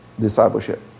discipleship